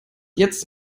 jetzt